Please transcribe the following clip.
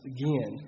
again